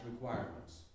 requirements